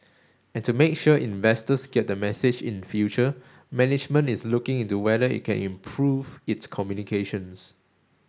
and to make sure investors get the message in future management is looking into whether it can improve its communications